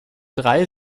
drei